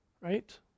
right